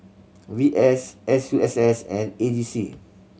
V S S U S S and A G C